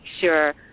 sure